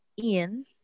Ian